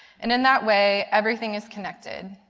and in that way, everything is connected.